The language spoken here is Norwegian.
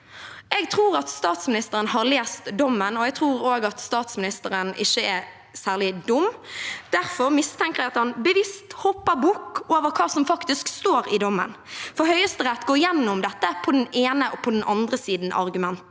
Jeg tror at statsministeren har lest dommen, og jeg tror også at statsministeren ikke er særlig dum. Derfor mistenker jeg at han bevisst hopper bukk over det som faktisk står i dommen, for Høyesterett går gjennom dette «på den ene og på den andre siden»-argumentet